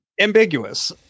ambiguous